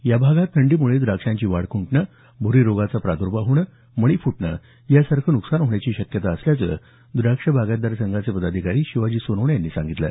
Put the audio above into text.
या भागात थंडीमुळे द्राक्षांची वाढ खुंटणं भूरी रोगाचा प्रादुर्भाव होणं मणी फुटणं या सारखं नुकसान होण्याची शक्यता असल्याचं द्राक्ष बागायतदार संघाचे पदाधिकारी शिवाजी सोनवणे यांनी सांगितलं